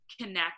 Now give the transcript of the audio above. connect